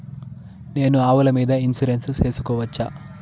నేను ఆవుల మీద ఇన్సూరెన్సు సేసుకోవచ్చా?